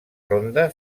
ronda